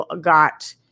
got